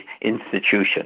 institution